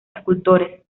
escultores